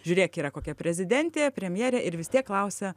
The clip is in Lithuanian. žiūrėk yra kokia prezidentė premjerė ir vis tiek klausia